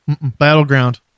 Battleground